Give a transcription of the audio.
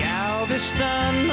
Galveston